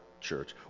church